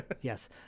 yes